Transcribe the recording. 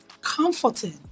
comforting